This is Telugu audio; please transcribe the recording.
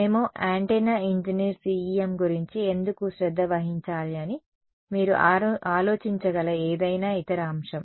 మేము యాంటెన్నా ఇంజనీర్ CEM గురించి ఎందుకు శ్రద్ధ వహించాలి అని మీరు ఆలోచించగల ఏదైనా ఇతర అంశం